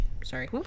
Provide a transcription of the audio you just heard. Sorry